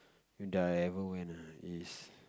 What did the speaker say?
that I ever went ah is